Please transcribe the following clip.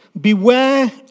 Beware